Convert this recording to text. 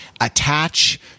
attach